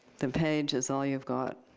the page is all you've got.